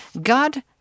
God